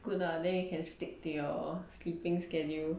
good lah then you can stick to your sleeping schedule